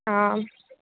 অঁ